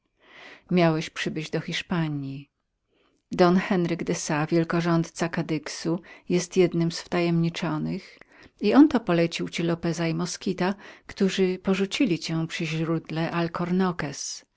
miałeś przybyć do hiszpanji don enriquez de sa rządca kadyxu jest jednym z wtajemniczonych i on to polecił ci lopeza i moskita którzy porzucili cię przy źródle